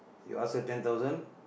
you ask her ten thousand